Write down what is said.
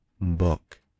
book